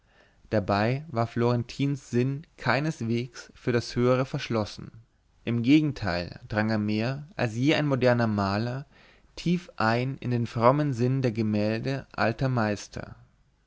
dabei war florentins sinn keinesweges für das höhere verschlossen im gegenteil drang er mehr als je ein moderner maler tief ein in den frommen sinn der gemälde alter meister